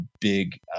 big